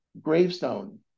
gravestone